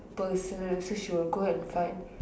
personally so she will go and find